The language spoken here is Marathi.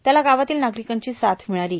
त्याला गावातील नागरीकांची साथ र्मिळालो